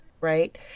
right